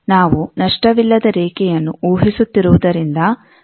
ನಾವು ನಷ್ಟವಿಲ್ಲದ ರೇಖೆಯನ್ನು ಊಹಿಸುತ್ತಿರುವುದರಿಂದ γ jβ